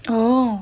oh